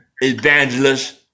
evangelist